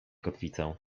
kotwicę